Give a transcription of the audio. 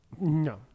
No